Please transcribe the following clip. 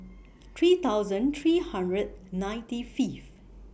three thousand three hundred ninety Fifth